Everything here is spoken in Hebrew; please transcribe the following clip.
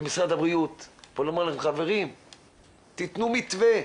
למשרד הבריאות ולומר להם, חברים תיתנו מתווה.